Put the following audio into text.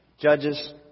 Judges